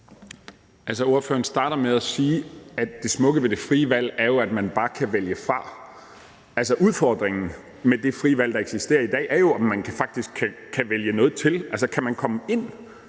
Spørgeren starter med at sige, at det smukke ved det frie valg er, at man bare kan vælge fra. Altså, udfordringen med det frie valg, der eksisterer i dag, er jo, at man faktisk kan vælge noget til og altså komme ind